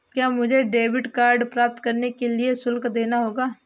क्या मुझे debit card प्राप्त करने के लिए शुल्क देना होगा?